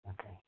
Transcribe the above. Okay